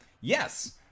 Yes